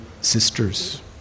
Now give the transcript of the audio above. sisters